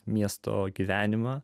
miesto gyvenimą